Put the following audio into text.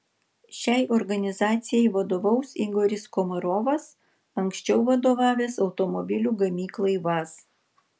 šiai organizacijai vadovaus igoris komarovas anksčiau vadovavęs automobilių gamyklai vaz